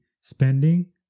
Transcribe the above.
spending